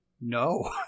no